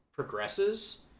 progresses